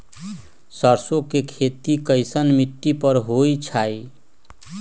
सरसों के खेती कैसन मिट्टी पर होई छाई?